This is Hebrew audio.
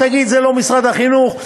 תגיד: זה לא משרד החינוך,